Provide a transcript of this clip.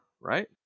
right